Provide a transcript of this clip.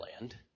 land